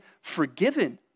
forgiven